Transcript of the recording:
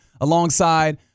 alongside